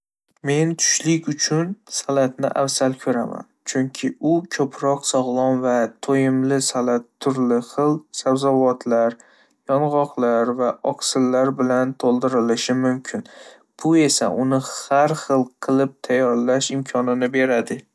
Men tushlik uchun salatni afzal ko'raman, chunki u ko'proq sog'lom va to'yimli. Salat turli xil sabzavotlar, yong'oqlar va oqsillar bilan to'ldirilishi mumkin, bu esa uni har xil qilib tayyorlash imkonini.